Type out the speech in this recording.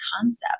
concept